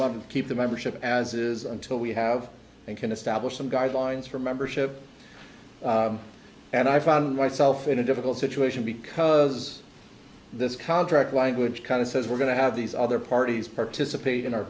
want to keep the membership as is until we have and can establish some guidelines for membership and i found myself in a difficult situation because this contract language kind of says we're going to have these other parties participate in our